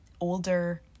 older